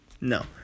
No